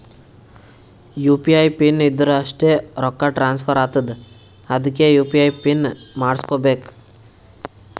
you P I PIN ಇದ್ದುರ್ ಅಷ್ಟೇ ರೊಕ್ಕಾ ಟ್ರಾನ್ಸ್ಫರ್ ಆತ್ತುದ್ ಅದ್ಕೇ ಯು.ಪಿ.ಐ ಪಿನ್ ಮಾಡುಸ್ಕೊಬೇಕ್